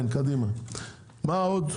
מה עוד?